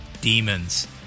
Demons